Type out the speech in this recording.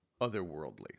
otherworldly